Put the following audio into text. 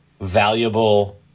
valuable